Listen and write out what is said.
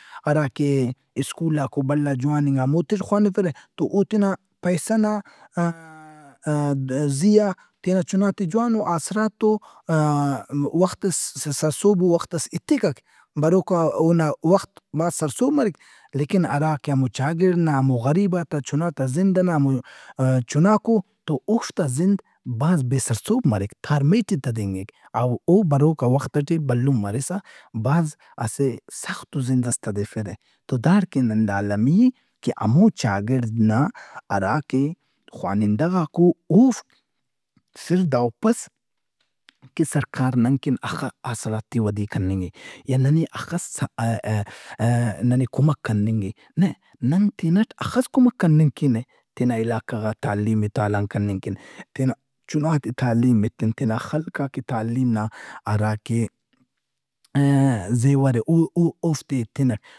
ہرا کہ سکولاک او بھلا جوانِنگا ہموتے ٹے خوانِفرہ۔ تواو تینا پیسہ نا زیا، تینا چنات ئے جوانو، آسراتو وختس، سرسہبو وختس ایتکک۔ بروکا اونا وخت بھاز سرسہب مریک۔ لیکن ہراکہ ہمو چاگڑد نا، ہمو غریبات آ چُنا تا زند ئنا چُناک او تو اوفتا زند بھاز بے سرسہب مریک۔ تارمہ ٹے تدینگک اَو او بروکا وخت ئٹے بھلن مرسہ بھاز اسہ سختو زند ئس تدیفِرہ تو داڑکن نن دا المی اے کہ ہمو چاگڑد نا ہراکہ خوانندَغاک او اوفک صرف دا ہُپّس کہ سرکار نن کن ہخہ آسراتی ودی کننگ اے۔ یا ننے ہخس سَ-ا-ا-ا- ننے کمک کننگ اے۔ نہ نن تنٹ ہخس کمک کننگ کینہ تینا علاقہ غا تعلیم ئے تالان کننگ کن۔ تینا چُنات ئے تعلیم ایتن، تینا خلقاک ئے تعلیم نا ہراکہ او اوفتے ایتنک۔